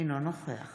אינו נוכח